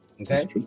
okay